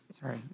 Sorry